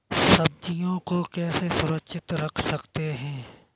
सब्जियों को कैसे सुरक्षित रख सकते हैं?